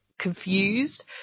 confused